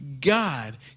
God